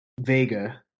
Vega